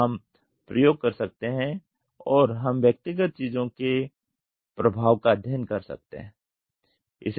तो हम प्रयोग कर सकते हैं और हम व्यक्तिगत चीजों के प्रभाव का अध्ययन कर सकते हैं